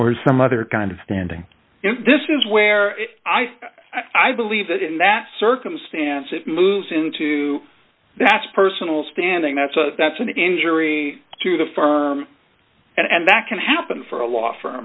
or some other kind of standing this is where i i believe that in that circumstance it moves into that's personal standing that's a that's an injury to the firm and that can happen for a law firm